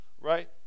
Right